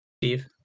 Steve